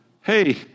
hey